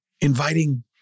inviting